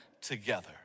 together